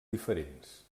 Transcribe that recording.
diferents